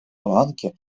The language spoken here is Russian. ланки